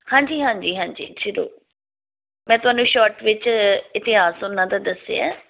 ਹਾਂਜੀ ਹਾਂਜੀ ਹਾਂਜੀ ਜ਼ਰੂਰ ਮੈਂ ਤੁਹਾਨੂੰ ਸ਼ਾਰਟ ਵਿੱਚ ਇਤਿਹਾਸ ਉਹਨਾਂ ਦਾ ਦੱਸਿਆ